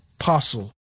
apostle